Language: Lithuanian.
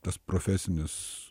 tas profesinis